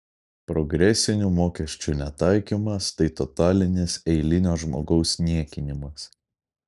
progresinių mokesčių netaikymas tai totalinis eilinio žmogaus niekinimas